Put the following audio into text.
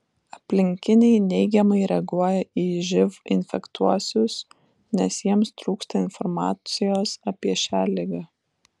aplinkiniai neigiamai reaguoja į živ infekuotuosius nes jiems trūksta informacijos apie šią ligą